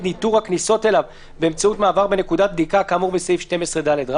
ניטור הכניסות אליו באמצעות מעבר בנקודת בדיקה כאמור בסעיף 12ד,